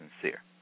sincere